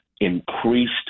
increased